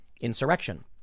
insurrection